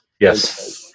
yes